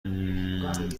ممم